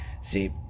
See